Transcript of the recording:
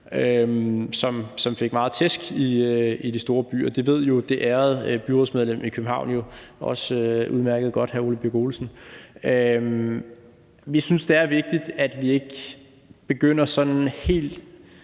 som fik meget tæsk i de store byer. Det ved det ærede byrådsmedlem i København hr. Ole Birk Olesen jo også udmærket godt. Vi synes, det er vigtigt, at vi ikke begynder sådan helt